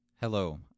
Hello